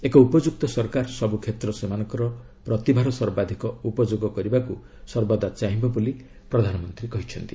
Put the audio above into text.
ଏକ ଉପଯୁକ୍ତ ସରକାର ସବୁ କ୍ଷେତ୍ର ସେମାନଙ୍କର ପ୍ରତିଭାର ସର୍ବାଧିକ ଉପଯୋଗ କରିବାକୁ ସର୍ବଦା ଚାହିଁବ ବୋଲି ପ୍ରଧାନମନ୍ତ୍ରୀ କହିଛନ୍ତି